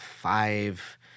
Five